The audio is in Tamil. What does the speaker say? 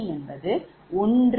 0 p